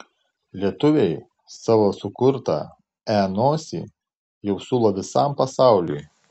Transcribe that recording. lietuviai savo sukurtą e nosį jau siūlo visam pasauliui